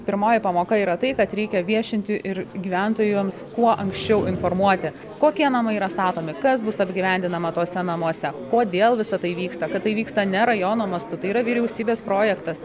pirmoji pamoka yra tai kad reikia viešinti ir gyventojoms kuo anksčiau informuoti kokie namai yra statomi kas bus apgyvendinama tuose namuose kodėl visa tai vyksta kad tai vyksta ne rajono mastu tai yra vyriausybės projektas